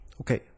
Okay